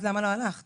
אז למה לא הלכת?..",